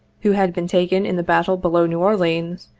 who had been taken in the battle below new orleans,